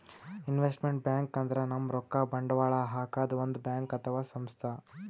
investment bank ಅಂದ್ರ ನಮ್ ರೊಕ್ಕಾ ಬಂಡವಾಳ್ ಹಾಕದ್ ಒಂದ್ ಬ್ಯಾಂಕ್ ಅಥವಾ ಸಂಸ್ಥಾ